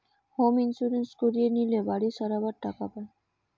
home insurance করিয়ে লিলে বাড়ি সারাবার টাকা পায়